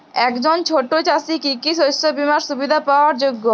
একজন ছোট চাষি কি কি শস্য বিমার সুবিধা পাওয়ার যোগ্য?